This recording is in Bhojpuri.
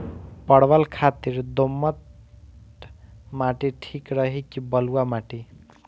परवल खातिर दोमट माटी ठीक रही कि बलुआ माटी?